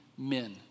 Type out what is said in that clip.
men